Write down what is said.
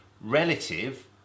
relative